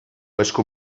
esku